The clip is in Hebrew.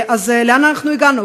אז לאן אנחנו הגענו,